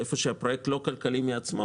כשהפרויקט לא כלכלי מעצמו,